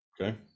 Okay